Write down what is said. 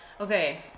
Okay